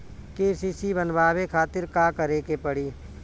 KCC बनवावे खातिर का करे के पड़ी?